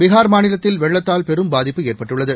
பீகார்மாநிலத்தில்வெள்ளத்தால்பெரும்பாதிப்புஏற்பட்டுள்ளது